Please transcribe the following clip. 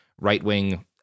right-wing